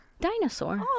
Dinosaur